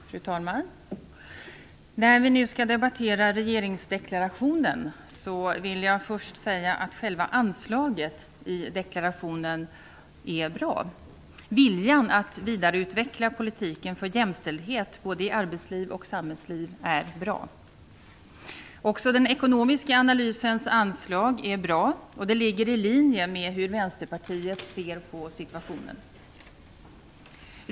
Fru talman! När vi nu skall debattera regeringsdeklarationen vill jag först säga att själva anslaget i deklarationen är bra. Viljan att vidareutveckla politiken för jämställdhet i både arbetslivet och samhällslivet är bra. Också den ekonomiska analysens anslag är bra. Det ligger i linje med hur Vänsterpartiet ser på situationen.